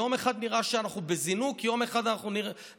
יום אחד נראה שאנחנו בזינוק, יום אחד נראה,